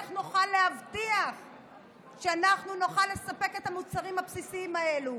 איך נוכל להבטיח שאנחנו נוכל לספק את המוצרים הבסיסיים האלה?